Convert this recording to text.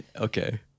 okay